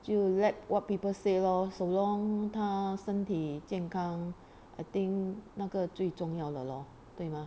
就 let what people say lor so long 他身体健康 I think 那个最重要的咯对吗